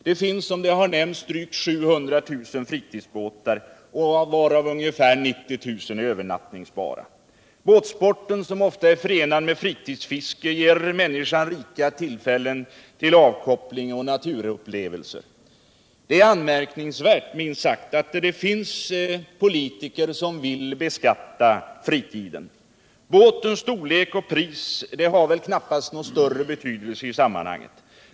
Det finns, som har nämnts, drygt 700 000 fritidsbåtar i vårt land, av vilka ca 90 000 är övernattningsbara. Båtsporten. som ofta är förenad med fritidsfiske, ger människan rika tillfällen till avkoppling och naturupplevetser. Det är anmärkningsvärt — minst sagt — att det finns politiker som vill beskatta fritiden. Båtens storlek och pris har väl knappast någon större betydelse i sammanhanget.